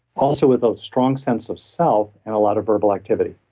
also, with those strong sense of self and a lot of verbal activity.